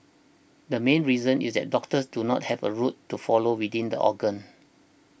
the main reason is that doctors do not have a route to follow within the organ